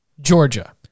Georgia